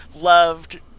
Loved